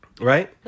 Right